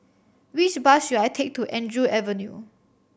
which bus should I take to Andrew Avenue